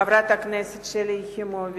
חברת הכנסת שלי יחימוביץ,